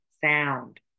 sound